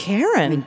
Karen